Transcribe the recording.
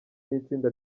n’itsinda